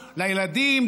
לילדים,